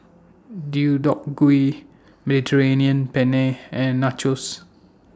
Deodeok Gui Penne and Nachos